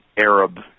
Arab